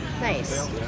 Nice